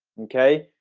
okay?